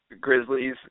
Grizzlies